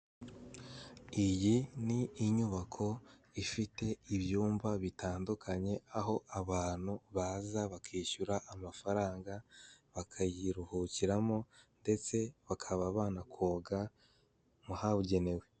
Iyi ni inyubako ifite ibyumba bitandukanye aho abantu baza bakishyura amafaranga bakayiruhukiramo ndetse bakaba banakoga mu habugenewe.